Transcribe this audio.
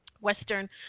Western